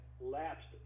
lapsed